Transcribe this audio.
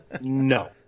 No